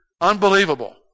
unbelievable